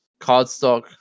cardstock